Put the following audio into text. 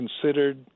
considered